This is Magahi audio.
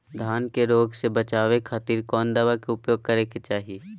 धान के रोग से बचावे खातिर कौन दवा के उपयोग करें कि चाहे?